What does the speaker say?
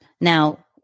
Now